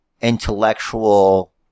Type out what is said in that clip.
intellectual